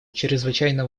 чрезвычайно